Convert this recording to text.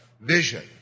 vision